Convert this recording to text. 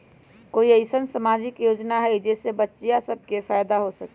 कोई अईसन सामाजिक योजना हई जे से बच्चियां सब के फायदा हो सके?